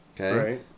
okay